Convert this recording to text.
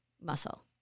muscle